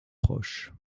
proche